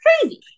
crazy